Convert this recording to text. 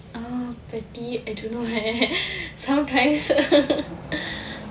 um petty I don't know I I sometimes